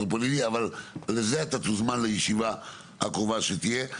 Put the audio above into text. אבל לזה אתה תוזמן לישיבה הקרובה שתהיה.